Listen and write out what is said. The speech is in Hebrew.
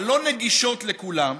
הלא נגישות לכולם,